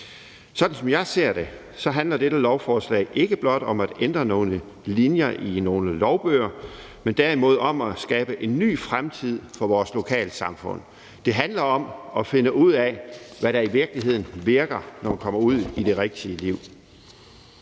Sådan som jeg ser det, handler dette lovforslag ikke blot om at ændre nogle linjer i nogle lovbøger, men derimod om at skabe en ny fremtid for vores lokalsamfund. Det handler om at finde ud af, hvad der i virkeligheden virker, når man kommer ud i det rigtige liv.